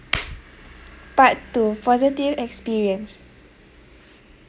part two positive experience